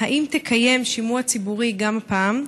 2. האם תקיים שימוע ציבורי גם הפעם?